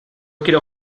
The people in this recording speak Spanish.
quiero